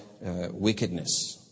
wickedness